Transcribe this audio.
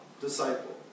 disciple